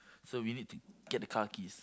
so we need to get the car keys